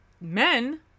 men